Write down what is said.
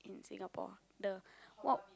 in Singapore the what